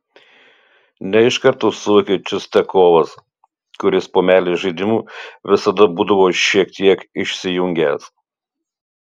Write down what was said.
ne iš karto suvokė čistiakovas kuris po meilės žaidimų visada būdavo šiek tiek išsijungęs